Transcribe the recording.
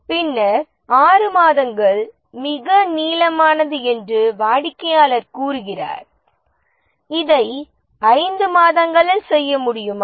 பின்னர் 6 மாதங்கள் மிக நீளமானது என்று வாடிக்கையாளர் கூறுகிறார் இதை 5 மாதங்களில் செய்ய முடியுமா